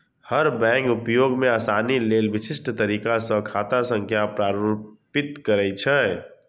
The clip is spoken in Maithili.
हर बैंक उपयोग मे आसानी लेल विशिष्ट तरीका सं खाता संख्या प्रारूपित करै छै